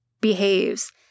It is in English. behaves